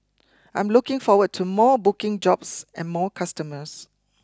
I'm looking forward to more booking jobs and more customers